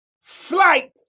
flight